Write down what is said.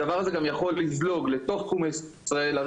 הדבר הזה גם יכול לזלוג לתוך תחומי ישראל,